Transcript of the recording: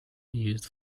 used